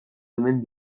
omen